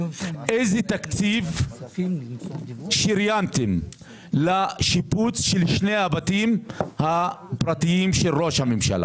איזה תקציב שריינתם לשיפוץ של שני הבתים הפרטיים של ראש הממשלה?